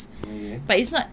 okay